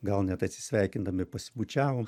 gal net atsisveikindami pasibučiavom